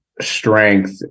strength